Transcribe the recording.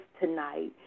tonight